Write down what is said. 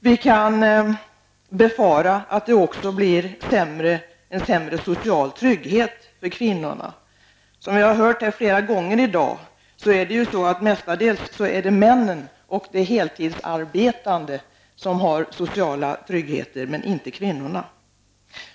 Vi kan befara att det också blir en sämre social trygghet för kvinnorna. Som vi har hört flera gånger i dag är det mestadels männen och de heltidsarbetande som har social trygghet, men inte kvinnorna.